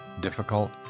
difficult